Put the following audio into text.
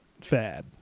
fad